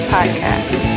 Podcast